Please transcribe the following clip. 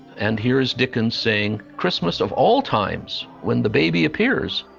and here is dickens saying, christmas of all times, when the baby appears,